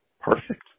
perfect